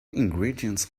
ingredients